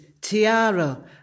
tiara